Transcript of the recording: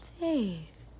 faith